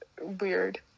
weird